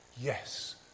yes